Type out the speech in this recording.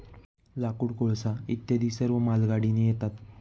लाकूड, कोळसा इत्यादी सर्व मालगाडीने येतात